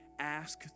ask